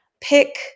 Pick